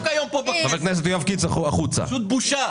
פשוט בושה.